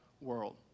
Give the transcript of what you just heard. world